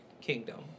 kingdom